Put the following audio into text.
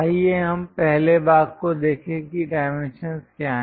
आइए हम पहले भाग को देखें कि डाइमेंशंस क्या हैं